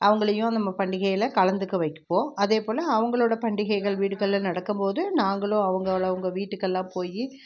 அவங்களையும் நம்ம பண்டிகையில கலந்துக்க வைப்போம் அதேப்போல் அவங்களோட பண்டிகைகள் வீடுகளில் நடக்கும்போது நாங்களும் அவங்களை அவங்க வீட்டுக்கெல்லாம் போய்